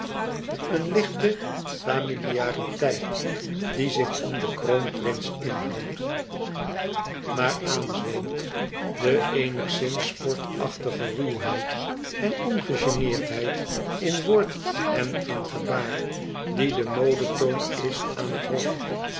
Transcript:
een lichte familiariteit die zich om den kroonprins inhoudt maar aanzweemt de eenigszins sportachtige ruwheid en ongegeneerdheid in woord en in gebaar die de modetoon is aan het hof